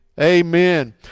Amen